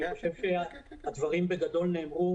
הדברים נאמרו,